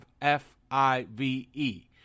F-I-V-E